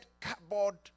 cardboard